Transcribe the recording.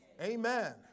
Amen